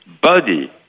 body